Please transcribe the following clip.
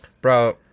bro